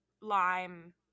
lime